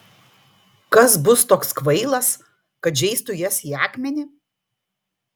kas bus toks kvailas kad žeistų jas į akmenį